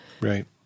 Right